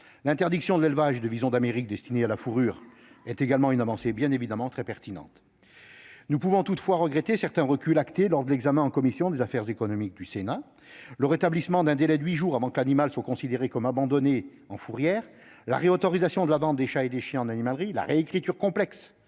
l'interdiction de l'élevage de visons d'Amérique destinés à la fourrure constitue également une avancée pertinente. Nous ne pouvons toutefois que regretter certains reculs actés lors de l'examen du texte en commission. Ainsi, le rétablissement d'un délai de huit jours avant que l'animal ne soit considéré comme abandonné en fourrière, la réautorisation de la vente des chats et des chiens en animalerie et la réécriture complexe